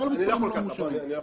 לא על המספרים הלא-מאושרים.